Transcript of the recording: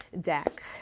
deck